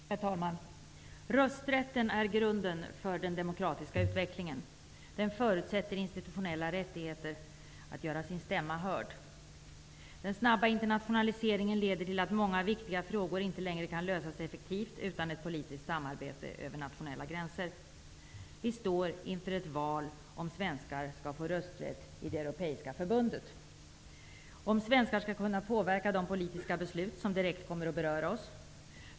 Herr talman! Rösträtten är grunden för den demokratiska utvecklingen. Den förutsätter institutionella rättigheter för att människor skall göra sin stämma hörd. Den snabba internationaliseringen leder till att många viktiga frågor inte längre kan lösas effektivt utan ett politiskt samarbete över nationella gränser. Vi står inför ett val om svenskar skall få rösträtt i det europeiska förbundet och om svenskar skall kunna påverka de politiska beslut som direkt kommer att beröra oss.